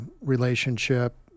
relationship